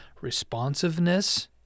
responsiveness